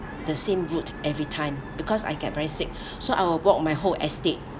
the same road everytime because I get very sick so I will walk my whole estate